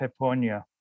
peponia